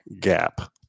gap